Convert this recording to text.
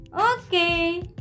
Okay